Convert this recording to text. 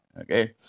Okay